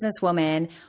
businesswoman